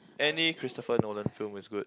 any Christopher Nolan film is good